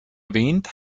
erwähnt